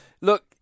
Look